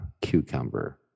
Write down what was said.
cucumber